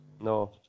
No